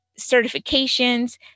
certifications